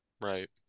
Right